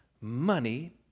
Money